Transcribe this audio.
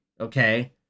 okay